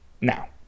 Now